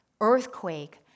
earthquake